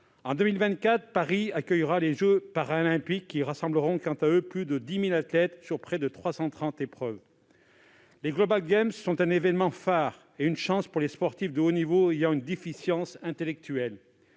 En 2024, Paris accueillera les jeux Paralympiques, qui rassembleront, quant à eux, plus de 10 000 athlètes pour près de 330 épreuves. Les sont un événement phare et une chance pour les sportifs de haut niveau ayant une déficience intellectuelle.